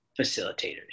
facilitators